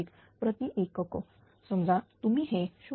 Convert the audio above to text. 01 प्रति एकक समजा तुम्ही हे 0